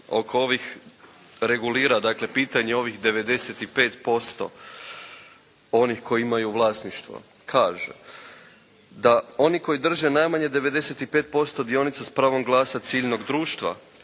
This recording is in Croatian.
oko ovih regulira, dakle pitanje ovih 95% onih koji imaju vlasništvo, kaže da oni koji drže najmanje 95% dionica s pravom glasa ciljnog društva